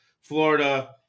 Florida